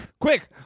Quick